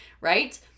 right